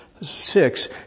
six